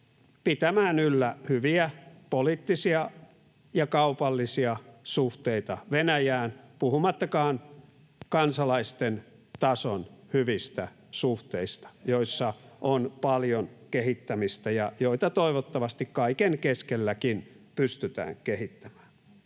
pitämään yllä hyviä poliittisia ja kaupallisia suhteita Venäjään, puhumattakaan kansalaisten tason hyvistä suhteista, joissa on paljon kehittämistä ja joita toivottavasti kaiken keskelläkin pystytään kehittämään.